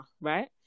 right